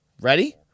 ready